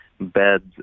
beds